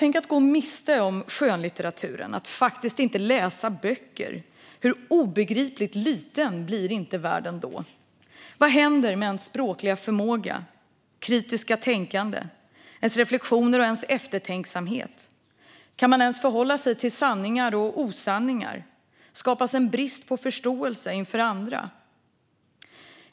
Tänk att gå miste om skönlitteraturen - att faktiskt inte läsa böcker. Hur obegripligt liten blir inte världen då? Vad händer med ens språkliga förmåga, ens kritiska tänkande, ens reflektioner och ens eftertänksamhet? Kan man förhålla sig till sanningar och osanningar? Skapas en brist på förståelse inför andra?